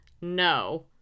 No